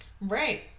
Right